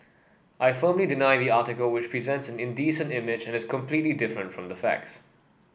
I firmly deny the article which presents an indecent image and is completely different from the facts